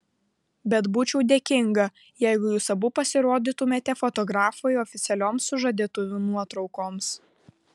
bet būčiau dėkinga jeigu jūs abu pasirodytumėte fotografui oficialioms sužadėtuvių nuotraukoms